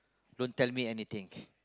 don't tell me anything